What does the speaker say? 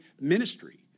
ministry